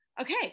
Okay